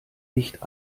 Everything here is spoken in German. nicht